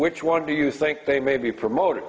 which one do you think they may be promot